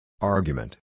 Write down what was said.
Argument